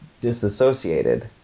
disassociated